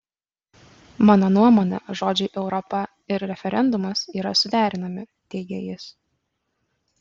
mano nuomone žodžiai europa ir referendumas yra suderinami teigė jis